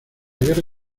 guerra